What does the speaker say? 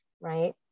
right